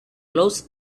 close